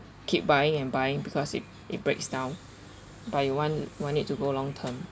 keep buying and buying because it it breaks down but you want want it to go long term